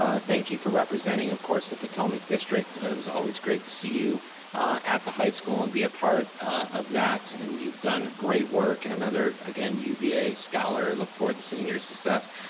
ah thank you for representing of course the patomac district, it was always great to see you at the high school and be a part of that and you've done great work and other, again, uva, skyler, look forward to seeing your success.